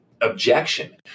objection